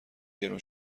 گرون